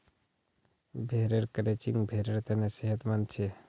भेड़ेर क्रचिंग भेड़ेर तने सेहतमंद छे